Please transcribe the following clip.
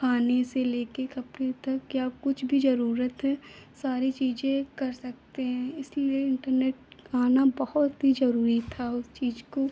खाने से लेकर कपड़े तक या कुछ भी ज़रूरत है सारी चीज़ें कर सकते हैं इसलिए इन्टरनेट आना बहुत ही ज़रूरी था उस चीज़ को